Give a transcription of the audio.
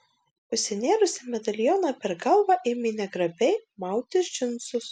užsinėrusi medalioną per galvą ėmė negrabiai mautis džinsus